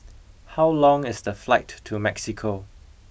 how long is the flight to Mexico